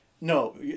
No